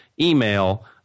email